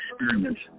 experiments